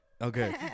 Okay